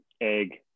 egg